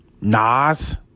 Nas